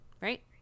right